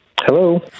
Hello